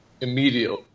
immediately